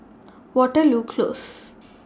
Waterloo Close